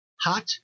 hot